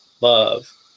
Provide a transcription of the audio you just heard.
love